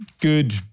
good